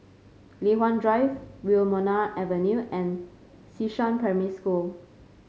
Li Hwan Drive Wilmonar Avenue and Xishan Primary School